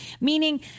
meaning